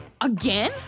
Again